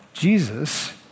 Jesus